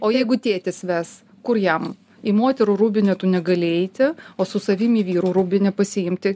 o jeigu tėtis ves kur jam į moterų rūbinę tu negali eiti o su savimi į vyrų rūbinę pasiimti